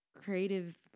creative